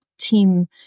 team